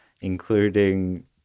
including